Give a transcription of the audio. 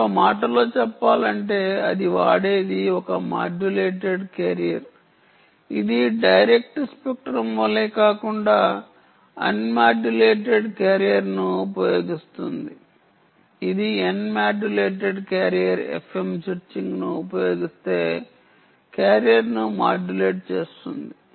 మరో మాటలో చెప్పాలంటే అది వాడేది ఒక మాడ్యులేటెడ్ కెరీర్ ఇది డైరెక్ట్ స్పెక్ట్రం వలె కాకుండా అన్ మాడ్యులేటెడ్ కెరీర్ను ఉపయోగిస్తుంది ఇది n మాడ్యులేటెడ్ కెరీర్ FM చిర్పింగ్ను ఉపయోగిస్తే కెరీర్ను మాడ్యులేట్ చేస్తుంది